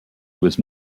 was